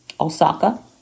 Osaka